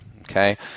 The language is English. Okay